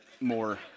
more